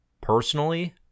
personally